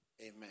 Amen